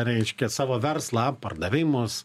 reiškia savo verslą pardavimus